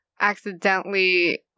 accidentally